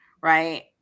right